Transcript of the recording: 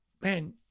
man